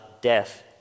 death